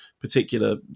particular